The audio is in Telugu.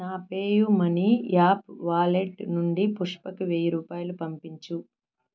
నా PayU money app wallet నుండి పుష్పకి వెయ్యి రూపాయలు పంపించు